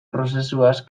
prozesuaz